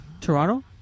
Toronto